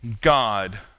God